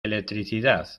electricidad